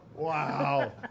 Wow